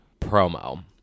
promo